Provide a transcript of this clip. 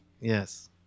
Yes